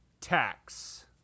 tax